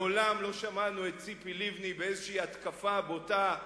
מעולם לא שמענו את ציפי לבני באיזו התקפה בוטה,